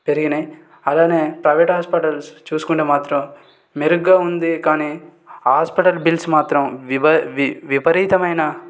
పెరిగినాయి అలాగే private hospitals చూసుకుంటే మాత్రం మెరుగ్గా ఉంది కానీ హాస్పటల్ బిల్స్ మాత్రం వివా విపరీతమైన